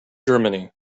germany